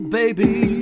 baby